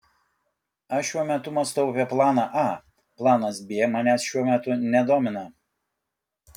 aš šiuo metu mąstau apie planą a planas b manęs šiuo metu nedomina